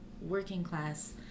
working-class